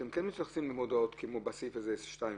אתם כן מתייחסים למודעות כמו ב-2(א).